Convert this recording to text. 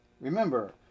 Remember